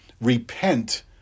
repent